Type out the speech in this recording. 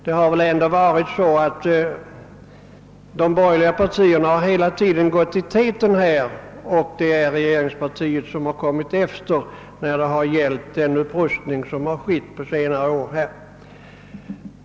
Det är väl ändå oppositionspartierna som hela tiden gått i täten härvidlag, och det är regeringspartiet som har kommit efter när det har gällt den upprustning som har skett på senare år.